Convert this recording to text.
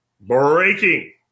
breaking